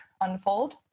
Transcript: unfold